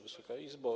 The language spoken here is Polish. Wysoka Izbo!